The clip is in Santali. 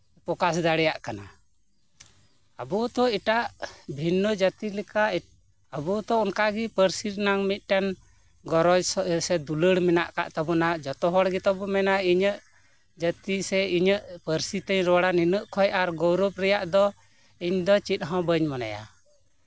ᱯᱚᱠᱟᱥ ᱫᱟᱲᱮᱭᱟᱜ ᱠᱟᱱᱟ ᱟᱵᱚ ᱛᱚ ᱮᱴᱟᱜ ᱵᱷᱤᱱᱱᱚ ᱡᱟᱹᱛᱤ ᱞᱮᱠᱟ ᱟᱵᱚ ᱛᱚ ᱚᱱᱠᱟᱜᱮ ᱯᱟᱹᱨᱥᱤ ᱨᱮᱱᱟᱝ ᱢᱤᱫᱴᱟᱝ ᱜᱚᱨᱚᱡ ᱥᱮ ᱫᱩᱞᱟᱹᱲ ᱢᱮᱱᱟᱜ ᱟᱠᱟᱫ ᱛᱟᱵᱚᱱᱟ ᱡᱷᱚᱛᱚ ᱦᱚᱲ ᱜᱮ ᱛᱚ ᱵᱚ ᱢᱮᱱᱟ ᱤᱧᱟᱹᱜ ᱡᱟᱹᱛᱤ ᱥᱮ ᱤᱧᱟᱹᱜ ᱯᱟᱹᱨᱥᱤ ᱛᱮᱧ ᱨᱚᱲᱟ ᱱᱤᱱᱟᱹᱜ ᱠᱷᱚᱱ ᱟᱨ ᱜᱚᱨᱚᱵ ᱨᱮᱭᱟᱜ ᱫᱚ ᱤᱧ ᱫᱚ ᱪᱮᱫ ᱦᱚᱸ ᱵᱟᱹᱧ ᱢᱚᱱᱮᱭᱟ